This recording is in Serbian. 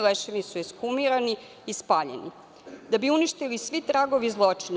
Leševi su ekshumirani i spaljeni, da bi uništili sve tragove zločina.